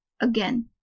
Again